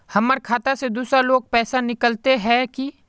हमर खाता से दूसरा लोग पैसा निकलते है की?